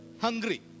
hungry